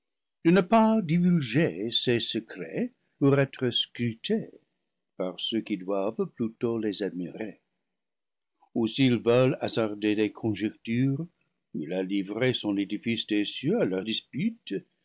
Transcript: divulguer ses secrets pour être scrutés par ceux qui doivent plutôt les admirer ou s'ils veulent hasarder des conjectures il a livré son édifice des cieux à leurs disputes